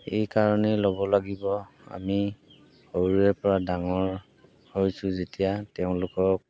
এই কাৰণেই ল'ব লাগিব আমি সৰুৰে পৰা ডাঙৰ হৈছোঁ যেতিয়া তেওঁলোকক